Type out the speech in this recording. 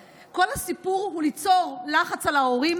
מ-13:30 עד 16:45. כל הסיפור הוא ליצור לחץ על ההורים,